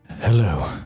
hello